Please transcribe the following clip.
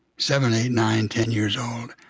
seven, eight, nine, ten years old,